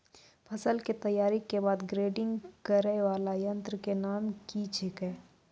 फसल के तैयारी के बाद ग्रेडिंग करै वाला यंत्र के नाम की छेकै?